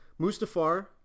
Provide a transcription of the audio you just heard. Mustafar